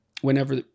whenever